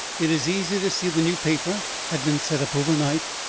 it is easy to see the new paper had been set up overnight,